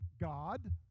God